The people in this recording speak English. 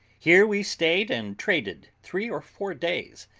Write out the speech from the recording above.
here we stayed and traded three or four days,